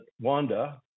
wanda